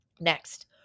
Next